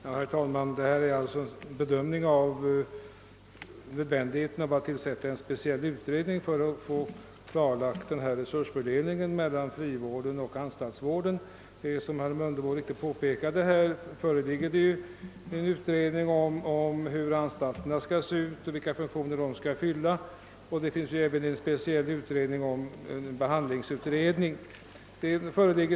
Herr talman! Här rör det sig om en bedömning av nödvändigheten av att tillsätta en speciell utredning för att klarlägga resursfördelningen mellan frivården och anstaltsvården. Som herr Mundebo påpekade föreligger en utredning om hur anstalterna skall se ut och vilken funktion de skall fylla. Det finns även en speciell behandlingsutredning.